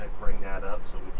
bring that up so